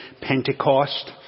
Pentecost